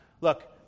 Look